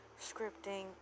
scripting